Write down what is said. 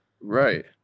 Right